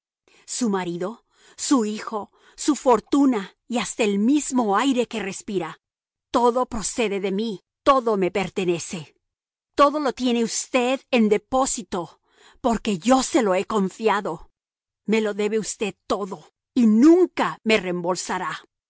su marido su hijo su fortuna y hasta el mismo aire que respira todo procede de mí todo me pertenece todo lo tiene usted en depósito porque yo se lo he confiado me lo debe usted todo y nunca me reembolsará